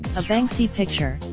so banksy picture,